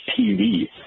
TV